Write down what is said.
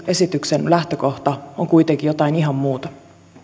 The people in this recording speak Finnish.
esityksen lähtökohta on kuitenkin jotain ihan muuta